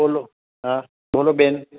બોલો હાં બોલો બેન